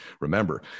Remember